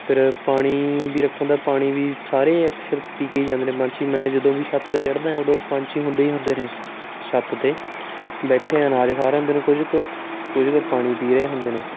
ਫਿਰ ਪਾਣੀ ਵੀ ਰੱਖ ਹੁੰਦਾ ਪਾਣੀ ਵੀ ਸਾਰੇ ਅਕਸਰ ਪੀ ਕੇ ਹੀ ਜਾਂਦੇ ਨੇ ਪੰਛੀ ਮੈਂ ਜਦੋਂ ਵੀ ਛੱਤ 'ਤੇ ਚੜਦਾ ਉਦੋਂ ਪੰਛੀ ਹੁੰਦੇ ਹੀ ਹੁੰਦੇ ਨੇ ਛੱਤ 'ਤੇ ਬੈਠੇ ਅਨਾਜ ਖਾ ਰਹੇ ਹੁੰਦੇ ਨੇ ਕੁਝ ਕੁ ਕੁਝ ਕੁ ਪਾਣੀ ਪੀ ਰਹੇ ਹੁੰਦੇ ਨੇ